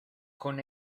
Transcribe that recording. con